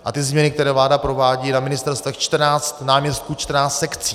A ty změny, které vláda provádí na ministerstvech, čtrnáct náměstků, čtrnáct sekcí.